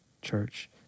Church